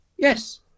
Yes